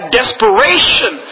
desperation